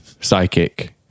psychic